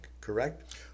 correct